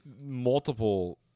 multiple